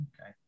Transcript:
Okay